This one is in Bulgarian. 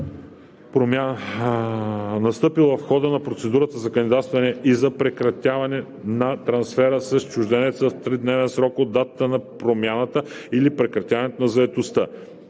настъпила в хода на процедурата за кандидатстване, и за прекратяване на трансфера с чужденеца в тридневен срок от датата на промяната или прекратяването на заетостта.